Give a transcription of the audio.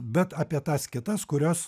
bet apie tas kitas kurios